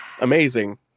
amazing